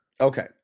okay